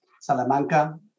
Salamanca